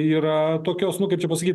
yra tokios nu kaip čia pasakyt